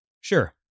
Sure